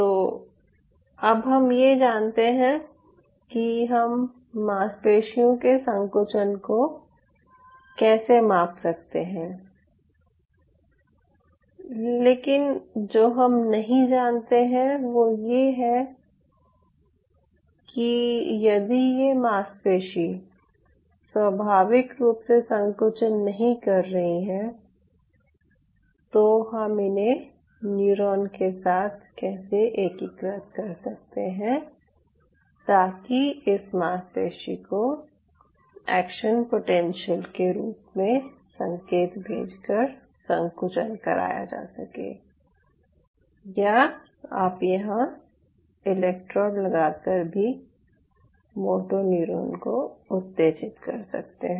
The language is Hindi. तो अब हम ये जानते हैं कि हम मांसपेशियों के संकुचन को कैसे माप सकते हैं लेकिन जो हम नहीं जानते हैं वो ये है कि यदि ये मांसपेशी स्वाभाविक रूप से संकुचन नहीं कर रही हैं तो हम इन्हें न्यूरॉन के साथ कैसे एकीकृत कर सकते हैं ताकि इस मांसपेशी को एक्शन पोटेंशियल के रूप में संकेत भेजकर संकुचन कराया जा सके या आप यहां पर इलेक्ट्रोड लगा कर भी मोटो न्यूरॉन को उत्तेजित कर सकते हैं